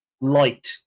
light